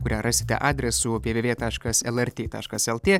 kurią rasite adresu vvv taškas lrt taškas lt